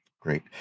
Great